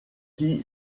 qui